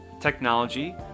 technology